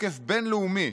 תוקף בין-לאומי